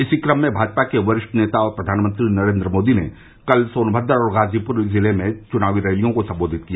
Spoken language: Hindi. इसी क्रम में भाजपा के वरिष्ठ नेता और प्रधानमंत्री नरेन्द्र मोदी ने कल सोनभद्र और गाजीप्र जिले में चुनावी रैलियों को संबोधित किया